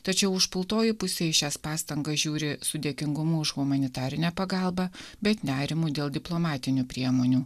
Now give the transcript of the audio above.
tačiau užpultoji pusė į šias pastangas žiūri su dėkingumu už humanitarinę pagalbą bet nerimu dėl diplomatinių priemonių